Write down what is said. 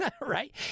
right